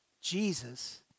Jesus